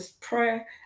prayer